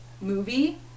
movie